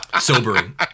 Sobering